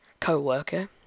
co-worker